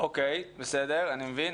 אני מבין.